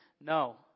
No